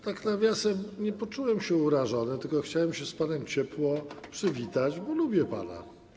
Tak nawiasem mówiąc, nie poczułem się urażony, tylko chciałem się z panem ciepło przywitać, bo lubię pana.